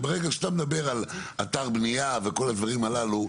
הרי ברגע שאתה מדבר על אתר בניה וכל הדברים הללו,